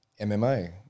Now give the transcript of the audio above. mma